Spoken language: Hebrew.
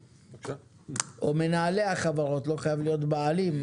או מנהלי החברות, לא חייב להיות הבעלים.